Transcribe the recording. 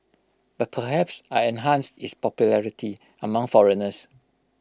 but perhaps I enhanced its popularity among foreigners